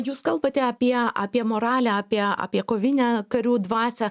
jūs kalbate apie apie moralę apie apie kovinę karių dvasią